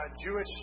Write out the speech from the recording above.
Jewish